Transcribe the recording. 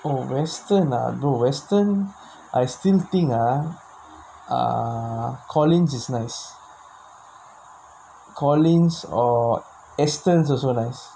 western ah brother western I still think ah err Collin is nice Collins or Astons also nice